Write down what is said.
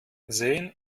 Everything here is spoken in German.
sehen